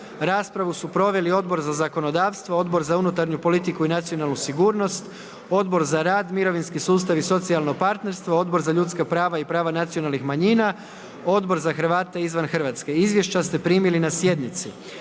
Raspravu su proveli Odbor za zakonodavstvo, Odbor za unutarnju politiku i nacionalnu sigurnost, Odbor za rad, mirovinski sustav i socijalno partnerstvo, Odbor za ljudska prava i prava nacionalnih manjina, Odbor za Hrvate izvan Hrvatske. Izvješća ste primili na sjednici.